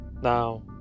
Now